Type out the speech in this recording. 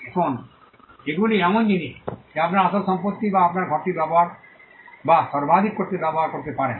এখন এগুলি এমন জিনিস যা আপনার আসল সম্পত্তি যা আপনার ঘরটি ব্যবহার বা সর্বাধিক করতে ব্যবহার করতে পারেন